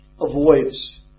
avoids